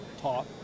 talk